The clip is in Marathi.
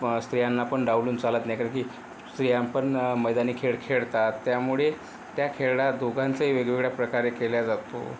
स्त्रियांना पण डावलून चालत नाही कारण की स्त्रिया पण मैदानी खेळ खेळतात त्यामुळे त्या खेळाला दोघांचं ही वेगवेगळ्या प्रकारे केला जातो